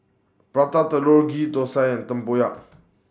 Prata Telur Ghee Thosai and Tempoyak